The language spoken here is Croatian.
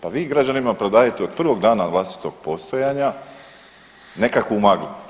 Pa vi građanima prodajete od prvog dana vlastitog postojanja nekakvu maglu.